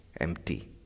empty